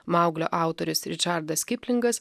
mauglio autorius ričardas kiplingas